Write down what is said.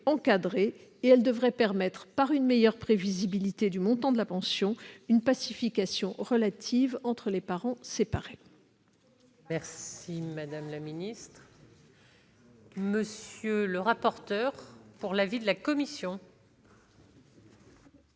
Elle devrait permettre, par une meilleure prévisibilité du montant de la pension, une relative pacification des relations entre les parents séparés.